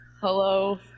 hello